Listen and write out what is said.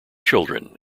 children